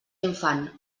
infant